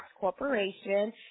Corporation